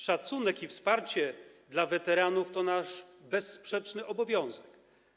Szacunek i wsparcie dla weteranów to nasz bezsprzeczny obowiązek.